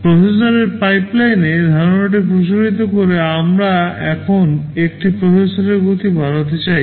প্রসেসরের পাইপলাইনে ধারণাটি প্রসারিত করে আমরা এখন একটি প্রসেসরের গতি বাড়াতে চাই